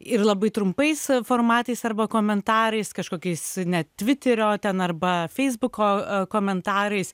ir labai trumpais formatais arba komentarais kažkokiais net tviterio ten arba feisbuko komentarais